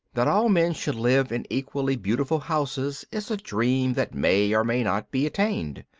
that all men should live in equally beautiful houses is a dream that may or may not be attained.